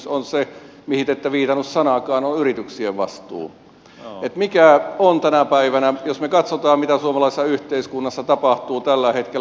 se on se mihin te ette viitannut sanallakaan yrityksien vastuu mikä on tänä päivänä jos me katsomme mitä suomalaisessa yhteiskunnassa tapahtuu tällä hetkellä